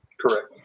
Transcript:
Correct